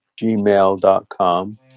gmail.com